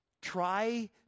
try